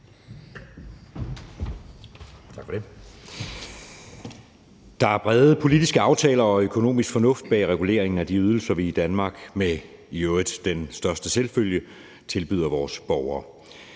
Tak for det.